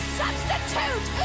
substitute